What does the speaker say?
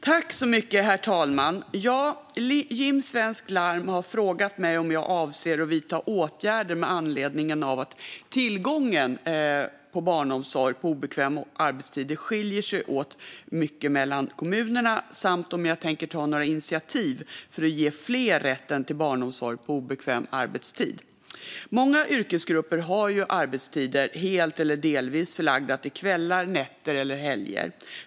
Herr talman! har frågat mig om jag avser att vidta åtgärder med anledning av att tillgången till barnomsorg på obekväma arbetstider skiljer sig så mycket åt mellan kommuner samt om jag tänker ta några initiativ för att ge fler rätten till barnomsorg på obekväm arbetstid. Många yrkesgrupper har arbetstider helt eller delvis förlagda till kvällar, nätter eller helger.